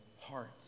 heart